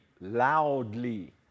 loudly